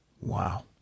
Wow